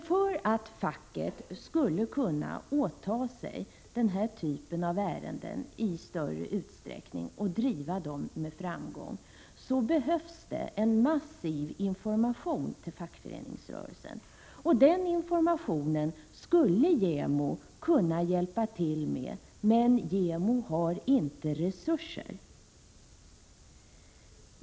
För att facket skall kunna åta sig den här typen av ärenden i större utsträckning och driva dem med framgång behövs det en massiv information till fackföreningsrörelsen, och den informationen skulle JämO kunna hjälpa till med, men JämO har inte resurser.